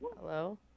Hello